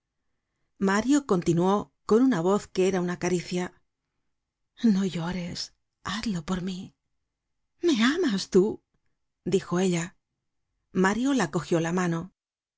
mario continuó con una voz que era una caricia no llores hazlo por mí me amas tú dijo ella mario la cogió la mano